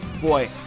Boy